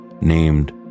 named